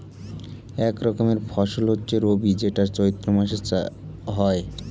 এক রকমের ফসল হচ্ছে রবি যেটা চৈত্র মাসে হয়